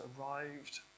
arrived